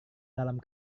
dalam